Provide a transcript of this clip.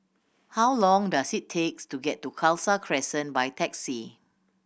how long does it takes to get to Khalsa Crescent by taxi